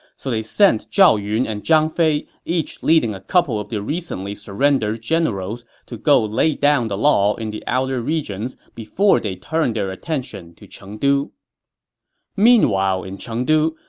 so they sent zhao yun and zhang fei, each leading a couple of the recently surrendered generals, to go lay down the law in the outer regions before they turned their attention to chengdu meanwhile in chengdu,